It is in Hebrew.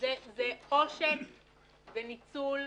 זה עושק וניצול.